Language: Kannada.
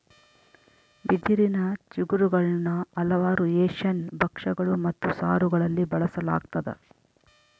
ಬಿದಿರಿನ ಚಿಗುರುಗುಳ್ನ ಹಲವಾರು ಏಷ್ಯನ್ ಭಕ್ಷ್ಯಗಳು ಮತ್ತು ಸಾರುಗಳಲ್ಲಿ ಬಳಸಲಾಗ್ತದ